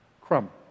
crumb